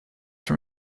from